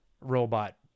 robot